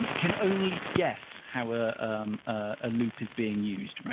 and can only guess how a um ah loop is being used.